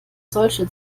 solche